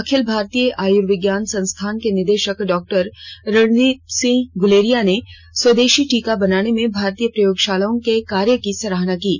अखिल भारतीय आयुर्विज्ञान संस्थान के निदेशक डॉक्टर रणदीप सिंह गुलेरिया ने स्वदेशी टीका बनाने में भारतीय प्रयोगशालाओं के कार्य की सराहना की है